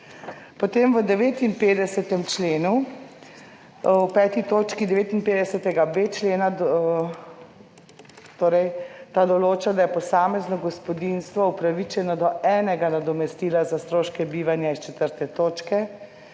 Potem v 59. členu, v 5. točki 59.b člena, torej ta določa, da je posamezno gospodinjstvo upravičeno do enega nadomestila za stroške bivanja iz 4. točke